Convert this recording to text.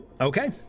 okay